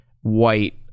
white